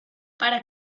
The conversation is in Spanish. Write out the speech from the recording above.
para